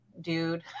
dude